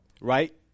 right